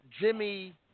Jimmy